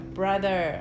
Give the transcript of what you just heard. brother